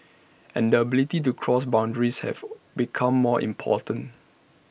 and the ability to cross boundaries have become more important